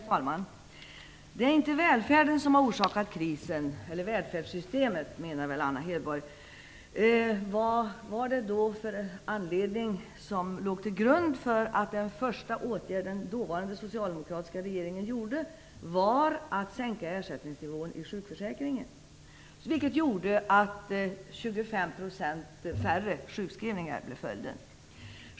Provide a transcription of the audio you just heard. Herr talman! Anna Hedborg tycks mena att det inte är välfärden eller välfärdssystemet som har orsakat krisen. Vad var det för anledning som låg till grund för att den första åtgärd som den socialdemokratiska regeringen då vidtog var att sänka ersättningsnivån i sjukförsäkringen? 25 % färre sjukskrivningar blev följden.